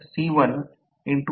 हा एक short circuit आहे